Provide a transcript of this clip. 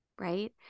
right